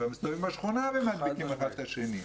אלא הם מסתובבים בשכונה ומדביקים אחד את השני.